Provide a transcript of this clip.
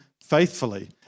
faithfully